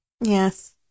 Yes